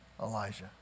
Elijah